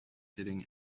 sitting